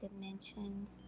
dimensions